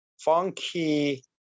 funky